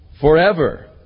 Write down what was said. forever